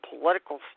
political